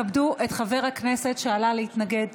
כבדו את חבר הכנסת שעלה להתנגד.